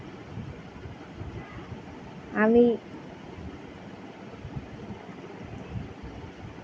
আমি